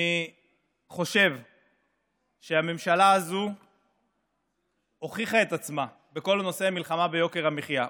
אני חושב שהממשלה הזו הוכיחה את עצמה בכל נושא המלחמה ביוקר המחיה,